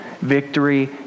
victory